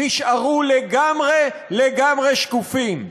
נשארו לגמרי-לגמרי שקופים.